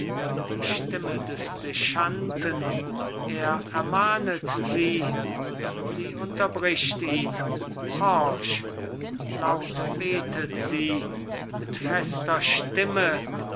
die stimme des dechanten er ermahnet sie sie unterbricht ihn horch laut betet sie mit fester stimme